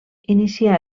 inicià